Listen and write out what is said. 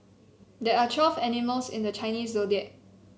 there are twelve animals in the Chinese Zodiac